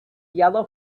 yellow